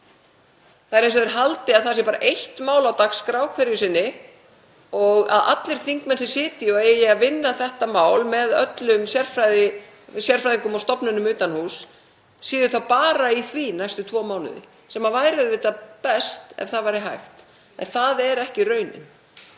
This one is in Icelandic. Það er eins og þeir haldi að það sé bara eitt mál á dagskrá hverju sinni og að allir þingmenn sem sitja og eiga að vinna þetta mál með öllum sérfræðingum og stofnunum utan húss séu þá bara í því næstu tvo mánuði. Það væri auðvitað best ef það væri hægt en það er ekki raunin.